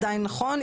עדיין נכון.